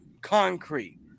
concrete